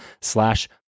slash